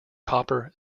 copper